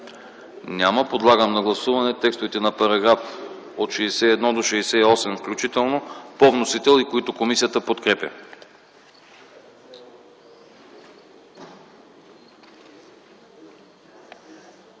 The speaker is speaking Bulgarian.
няма. Подлагам на гласуване текстовете на параграфи от 70 до 72, включително по вносител, които комисията подкрепя.